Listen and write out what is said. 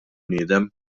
bniedem